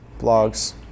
blogs